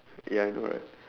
ya I know right